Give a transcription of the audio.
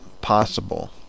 possible